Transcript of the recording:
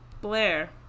Blair